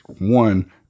one